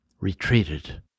retreated